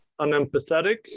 unempathetic